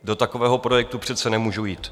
Do takového projektu přece nemůžu jít.